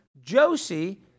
Josie